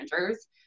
managers